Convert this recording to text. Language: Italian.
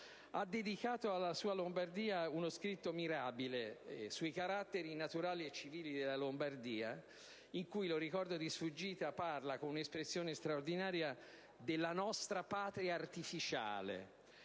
ha dedicato uno scritto mirabile sui caratteri naturali e civili, in cui, lo ricordo di sfuggita, parla con espressione straordinaria della "nostra patria artificiale".